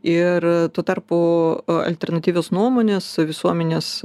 ir tuo tarpu alternatyvios nuomonės visuomenės